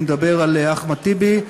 אני מדבר על אחמד טיבי,